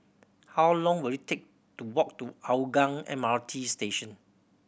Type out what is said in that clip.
how long will it take to walk to Hougang M R T Station